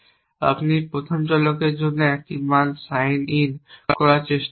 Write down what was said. আপনি প্রথম চলকের জন্য একটি মান সাইন ইন করার চেষ্টা করুন